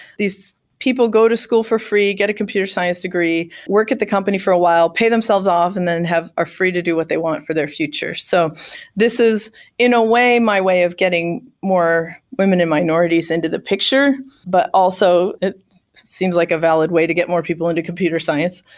these people go to school for free, get a computer science degree, work at the company for a while, pay themselves off and then are free to do what they want for their future so this is in a way my way of getting more women and minorities into the picture, but also seems like a valid way to get more people into computer science.